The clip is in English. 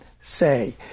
say